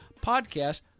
podcast